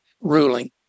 ruling